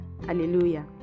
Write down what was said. Hallelujah